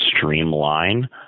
streamline